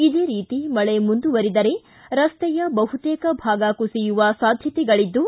ಇದೇ ರೀತಿ ಮಳೆ ಮುಂದುವರಿದರೆ ರಸ್ತೆಯ ಬಹುತೇಕ ಭಾಗ ಕುಸಿಯುವ ಸಾಧ್ಯತೆಗಳಿದ್ದು